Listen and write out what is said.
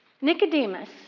Nicodemus